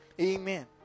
amen